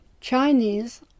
Chinese